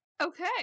Okay